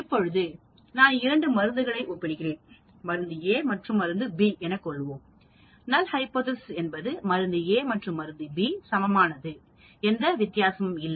இப்போது நான் இரண்டு மருந்துகளை ஒப்பிடுகிறேன் மருந்து A மற்றும் B என்று சொல்லுங்கள் நல் ஹைபோதேசிஸ் என்பது மருந்துA மற்றும் மருந்து B இரண்டும் சமமானது எந்த வித்தியாசமும் இல்லை